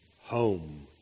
home